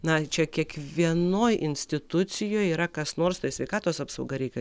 na čia kiekvienoj institucijoj yra kas nors tai sveikatos apsauga reika